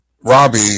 robbie